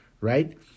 right